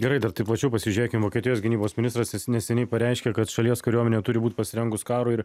gerai dar taip plačiau pasižiūrėkim vokietijos gynybos ministras neseniai pareiškė kad šalies kariuomenė turi būti pasirengus karui ir